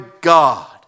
God